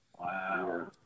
Wow